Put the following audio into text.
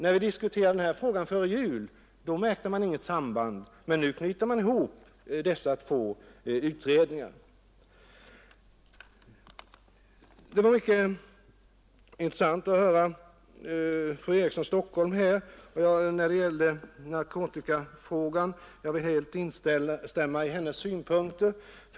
När vi diskuterade denna fråga före jul märkte man inget sådant samband, men nu knyter man ihop dessa två utredningar. Det var mycket intressant att höra vad fru Eriksson i Stockholm sade om narkotikafrågan. Jag vill helt instämma i hennes synpunkter.